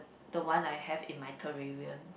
the one I have in my terrarium